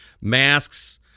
masks